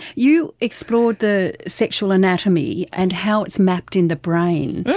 you explored the sexual anatomy and how it's mapped in the brain.